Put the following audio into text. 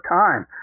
time